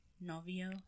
novio